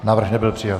Návrh nebyl přijat.